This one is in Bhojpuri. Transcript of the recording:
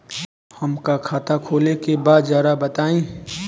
हमका खाता खोले के बा जरा बताई?